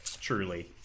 truly